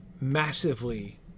massively